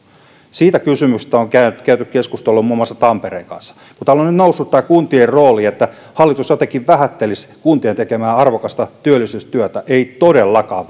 siitä kysymyksestä on käyty keskustelua muun muassa tampereen kanssa täällä on nyt noussut tämä kuntien rooli se että hallitus jotenkin vähättelisi kuntien tekemää arvokasta työllisyystyötä ei todellakaan